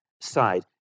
side